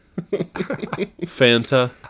Fanta